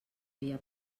havia